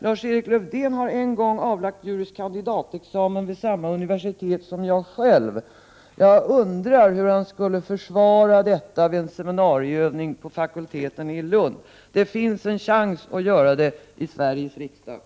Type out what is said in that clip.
Lars-Erik Lövdén har en gång avlagt juris kandidatexamen vid samma universitet som jag själv. Jag undrar hur han skulle försvara det här förslaget vid en seminarieövning vid den juridiska fakulteten i Lund. Det finns en chans att göra det i Sveriges riksdag.